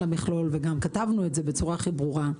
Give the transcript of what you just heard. המכלול וגם כתבנו את זה בצורה הכי ברורה,